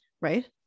right